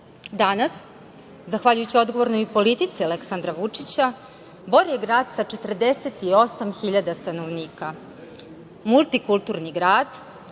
Danas, zahvaljujući odgovornoj politici Aleksandra Vučića, Bor je grad sa 48 hiljada stanovnika, multikulturni grad